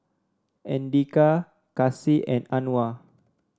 Andika Kasih and Anuar